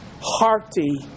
hearty